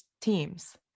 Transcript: teams